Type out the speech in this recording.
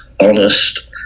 honest